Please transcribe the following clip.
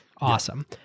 Awesome